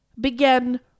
began